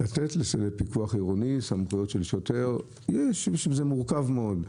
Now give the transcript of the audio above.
לתת לפיקוח עירוני סמכויות של שוטר זה מורכב מאוד,